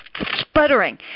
sputtering